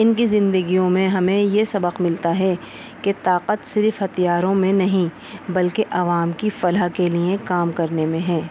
ان کی زندگیوں میں ہمیں یہ سبق ملتا ہے کہ طاقت صرف ہتھیاروں میں نہیں بلکہ عوام کی فلاح کے لیے کام کرنے میں ہیں